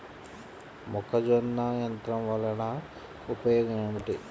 మొక్కజొన్న యంత్రం వలన ఉపయోగము ఏంటి?